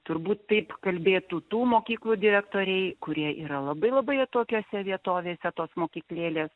turbūt taip kalbėtų tų mokyklų direktoriai kurie yra labai labai atokiose vietovėse tos mokyklėlės